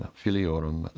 filiorum